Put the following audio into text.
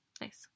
Nice